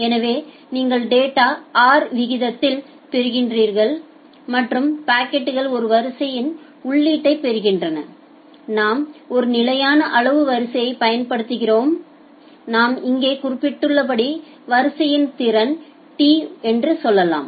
எனவே நீங்கள் data R வீதத்தில் பெறுகிறீர்கள் மற்றும் பாக்கெட்கள் ஒரு வரிசையில் உள்ளீட்டைப் பெறுகின்றன நாம் ஒரு நிலையான அளவு வரிசையைப் பயன்படுத்துகிறோம் நாம் இங்கே குறிப்பிட்டுள்ளபடி வரிசையின் திறன் τ என்று சொல்லலாம்